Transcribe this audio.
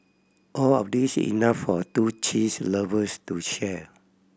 all of these enough for two cheese lovers to share